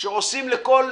שעושים לכל